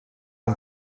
amb